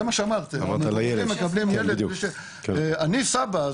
אני סבא,